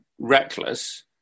reckless